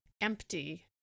empty